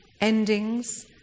endings